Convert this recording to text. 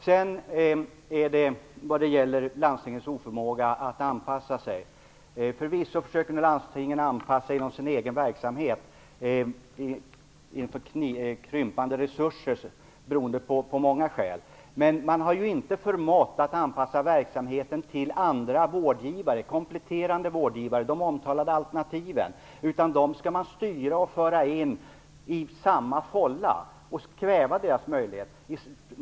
Vad det sedan gäller landstingets oförmåga att anpassa sig försöker förvisso nu landstingen anpassa sin egen verksamhet inför krympande resurser, vilka har många skäl. Men man har ju inte förmått att anpassa verksamheten till andra kompletterande vårdgivare - de omtalade alternativen - utan dem skall man styra och föra in i samma fålla och kväva deras möjlighet.